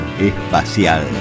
espacial